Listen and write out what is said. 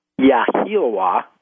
Yahilwa